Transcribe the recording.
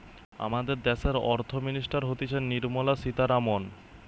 আমাদের দ্যাশের অর্থ মিনিস্টার হতিছে নির্মলা সীতারামন